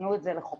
תנו את זה לחוקרים,